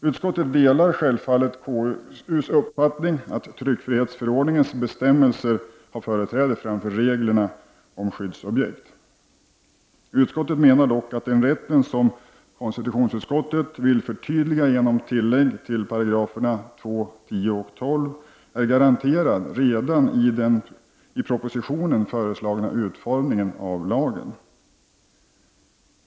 Utskottet delar självfallet konstitutionsutskottets uppfattning att tryckfrihetsförordningens bestämmelser har företräde framför reglerna om skyddsobjekt. Utskottet menar dock att den rätt som konstitutionsutskottet vill förtyd liga genom tillägg till 2, 10 och 12 §§ är garanterad redan i den i propositionen föreslagna utformningen av lagen.